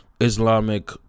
Islamic